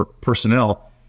personnel